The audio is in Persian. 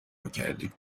میکردیم